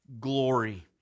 glory